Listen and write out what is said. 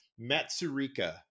Matsurika